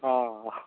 हाँ हाँ